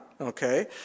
Okay